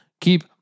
Keep